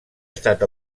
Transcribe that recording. estat